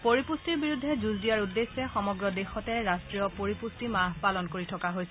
পৰিপুষ্টিৰ বিৰুদ্ধে যুঁজ দিয়াৰ উদ্দেশ্যে সমগ্ৰ দেশতে ৰাষ্টীয় পৰিপুষ্টি মাহ পালন কৰি থকা হৈছে